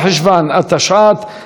15 באוקטובר 2018,